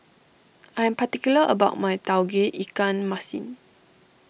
I am particular about my Tauge Ikan Masin